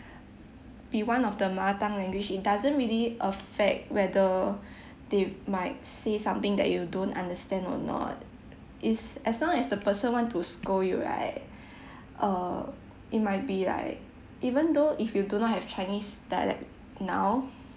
be one of the mother tongue language it doesn't really affect whether they might say something that you don't understand or not is as long as the person want to scold you right uh it might be like even though if you do not have chinese dialect now